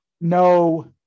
no